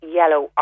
yellow